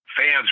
fans